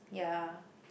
ya